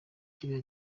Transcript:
kiriya